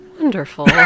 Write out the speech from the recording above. Wonderful